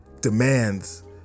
demands